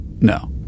No